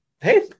hey